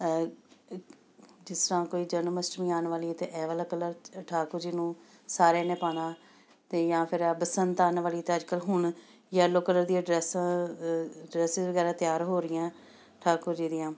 ਜਿਸ ਤਰ੍ਹਾਂ ਕੋਈ ਜਨਮਅਸ਼ਟਮੀ ਆਉਣ ਵਾਲੀ ਹੈ ਅਤੇ ਇਹ ਵਾਲਾ ਕਲਰ ਠਾਕੁਰ ਜੀ ਨੂੰ ਸਾਰਿਆਂ ਨੇ ਪਾਉਣਾ ਅਤੇ ਜਾਂ ਫਿਰ ਆਹ ਬਸੰਤ ਆਉਣ ਵਾਲੀ ਤਾਂ ਅੱਜ ਕੱਲ੍ਹ ਹੁਣ ਯੈਲੋ ਕਲਰ ਦੀ ਹੈ ਡਰੈਸ ਡਰੈਸਿਜ਼ ਵਗੈਰਾ ਤਿਆਰ ਹੋ ਰਹੀਆਂ ਠਾਕੁਰ ਜੀ ਦੀਆਂ